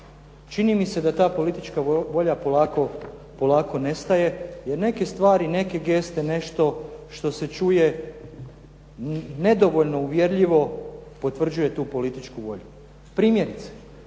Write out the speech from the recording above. Čini mi se da ta politička volja polako nestaje, jer neke stvari neke geste, nešto što se čuje nedovoljno uvjerljivo potvrđuje tu političku volju. Primjerice,